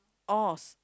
oh